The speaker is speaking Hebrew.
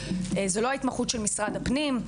זה לא ההתמחות של משרד הפנים,